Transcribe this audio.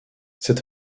c’est